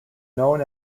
known